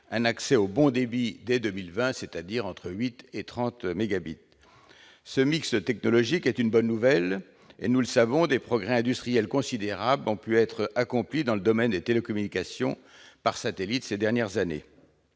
un accès au bon débit, c'est-à-dire entre 8 et 30 mégabits par seconde. Ce mixtechnologique est une bonne nouvelle. Comme nous le savons, des progrès industriels considérables ont pu être accomplis dans le domaine des télécommunications par satellite ces dernières années.